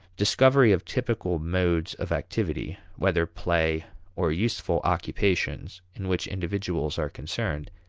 discovery of typical modes of activity, whether play or useful occupations, in which individuals are concerned,